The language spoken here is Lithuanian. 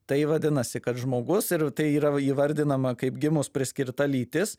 tai vadinasi kad žmogus ir tai yra įvardinama kaip gimus priskirta lytis